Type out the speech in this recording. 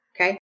okay